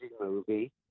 movie